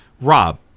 Rob